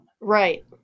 Right